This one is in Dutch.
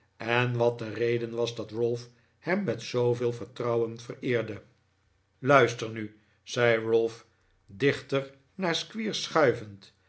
en wat de reden was dat ralph hem met zooveel vertrouwen vereerde luister nu zei ralph dichter naar squeers schuivend